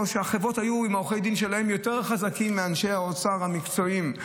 שהחברות עם עורכי הדין שלהם היו יותר חזקים מאנשי האוצר המקצועיים.